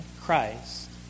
Christ